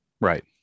Right